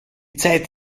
zeit